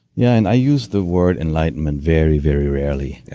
yeah and i use the word enlightenment very, very rarely. yeah